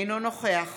אינו נוכח